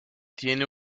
tiene